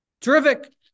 Terrific